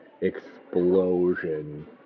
explosion